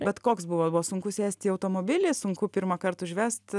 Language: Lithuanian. bet koks buvo buvo sunku sėst į automobilį sunku pirmąkart užvest